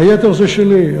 היתר זה שלי,